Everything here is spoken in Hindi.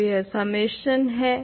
तो यह सम्मेशन है